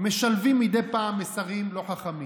משלבים מדי פעם מסרים לא חכמים,